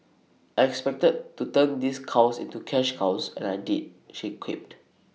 I expected to turn these cows into cash cows and I did she quipped